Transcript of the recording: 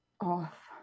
off